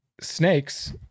snakes